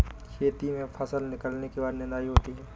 खेती में फसल निकलने के बाद निदाई होती हैं?